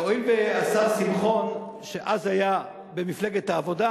הואיל והשר שמחון, שאז היה במפלגת העבודה,